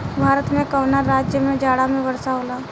भारत के कवना राज्य में जाड़ा में वर्षा होला?